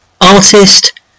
artist